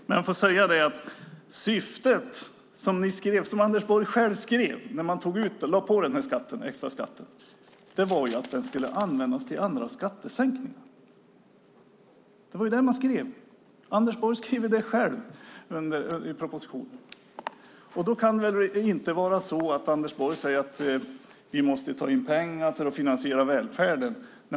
Men jag får säga att syftet, som Anders Borg själv skrev, när man lade på den extra skatten var att den skulle användas till andra skattesänkningar. Det var det man skrev. Anders Borg skrev det själv i propositionen. Då kan det väl inte vara så att Anders Borg säger att vi måste ta in pengar för att finansiera välfärden.